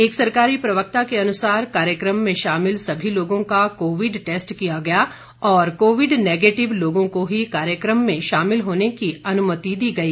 एक सरकारी प्रवक्ता से अनुसार कार्यकम में शामिल सभी लोगों का कोविड टैस्ट किया गया और कोविड नेगेटिव लोगों को ही कार्यकम में शामिल होने की अनुमति दी गई